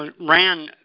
ran